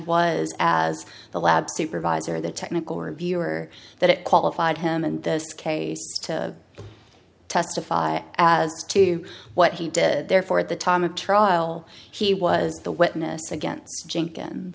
was as the lab supervisor the technical reviewer that it qualified him in the case to testify as to what he did therefore at the time of trial he was the witness against jenkins